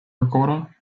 recorder